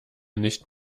nicht